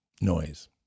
noise